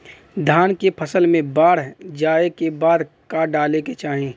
धान के फ़सल मे बाढ़ जाऐं के बाद का डाले के चाही?